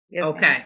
Okay